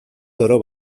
zoro